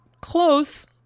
Close